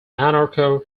anarcho